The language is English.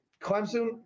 Clemson